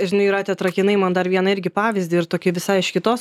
žinai jūrate atrakinai man dar vieną irgi pavyzdį ir tokį visai iš kitos